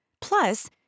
Plus